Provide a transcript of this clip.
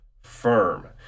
firm